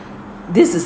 this is